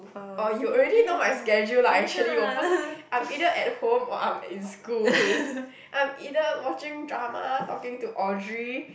orh you already know my schedule lah actually 我不是 I'm either at home or I'm at in school I'm either watching drama talking to Audrey